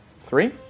Three